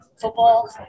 football